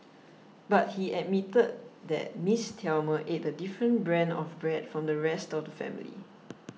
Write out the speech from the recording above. but he admitted that Miss Thelma ate a different brand of bread from the rest of the family